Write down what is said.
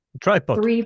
tripod